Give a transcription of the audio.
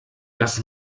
das